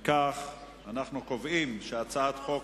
להעביר את הצעת חוק